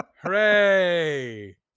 Hooray